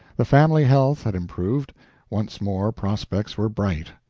the family health had improved once more prospects were bright.